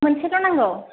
मोनसेल' नांगौ